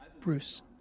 Bruce